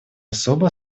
особо